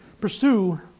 pursue